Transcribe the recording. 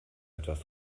etwas